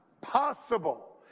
possible